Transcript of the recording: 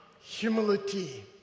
humility